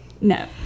No